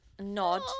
nod